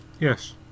Yes